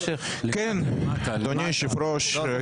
אדוני היושב ראש,